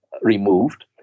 removed